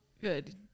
good